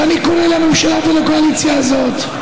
ואני קורא לממשלה ולקואליציה הזאת: